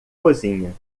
cozinha